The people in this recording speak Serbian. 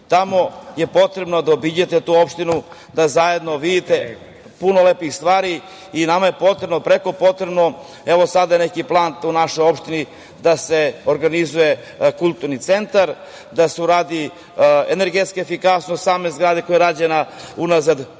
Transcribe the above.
Svrljig. Potrebno je da obiđete tu opštinu, da zajedno vidite puno lepih stvari. Nama je preko potrebno, evo ima neki plan u našoj opštini da se organizuje kulturni centar, da se urade energetska efikasnost zgrade koja je rađena unazad 50 godina.